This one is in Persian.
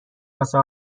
واسه